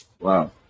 Wow